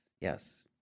Yes